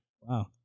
Wow